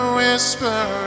whisper